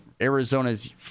Arizona's